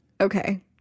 Okay